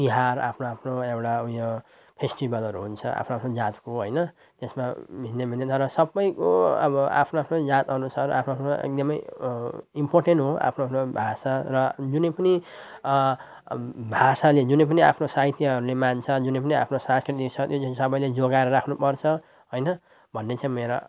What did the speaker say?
तिहार आफ्नो आफ्नो एउटा उयो फेस्टिभलहरू हुन्छ आफ्नो आफ्नो जातको होइन त्यसमा भिन्दै भिन्दै तर सबैको अब आफ्नो आफ्नो जातअनुसार आफ्नो आफ्नो एकदमै इम्पोर्टेन हो आफ्नो आफ्नो भाषा र जुनै पनि भाषाले जुनै पनि आफ्नो साहित्यहरूले मान्छ जुनै पनि आफ्नो सांस्कृतिक छ त्यो चाहिँ सबैले जोगाएर राख्नुपर्छ होइन भन्ने चाहिँ मेरो